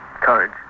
courage